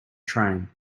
train